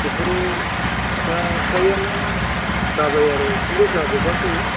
बेफोरो दा फ्रायानो जाबाय आरो खिन्थु जाजोबाखै